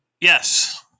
Yes